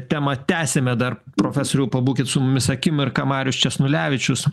temą tęsiame dar profesoriau pabūkit su mumis akimirką marius česnulevičius